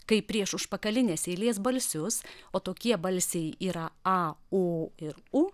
kai prieš užpakalinės eilės balsius o tokie balsiai yra a o ir u